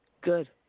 Good